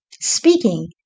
speaking